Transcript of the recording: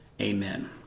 Amen